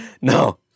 no